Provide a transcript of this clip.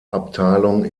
abteilung